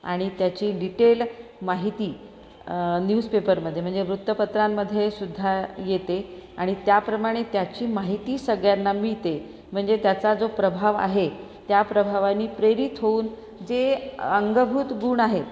आणि त्याची डिटेल माहिती न्यूजपेपरमध्ये म्हणजे वृत्तपत्रांमधे सुद्धा येते आणि त्या प्रमाणे त्याची माहिती सगळ्यांना मिळते म्हणजे त्याचा जो प्रभाव आहे त्या प्रभावानी प्रेरित होऊन जे अंगभूत गुण आहे